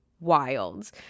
wild